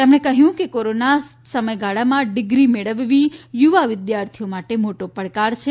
તેમણે કહ્યું કે કોરાના સમયગાળામાં ડિગ્રી મેળવવી યુવા વિદ્યાર્થો માટે મોટો પડકાર છે